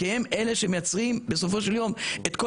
כי הם אלה שמייצרים בסופו של יום את כל